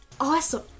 awesome